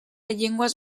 llengües